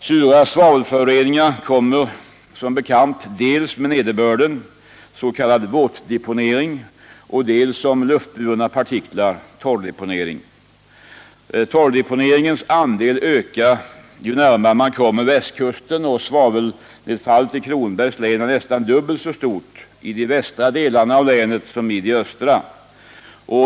Sura svavelföroreningar kommer som bekant dels med nederbörden, s.k. våtdeponering, dels som luftburna partiklar, torrdeponering. Torrdeponeringens andel ökar ju närmare man kommer västkusten, och svavelnedfallet i Kronobergs län är nästan dubbelt så stort i de västra delarna av länet som i de östra.